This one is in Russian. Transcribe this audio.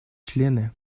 члены